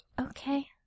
Okay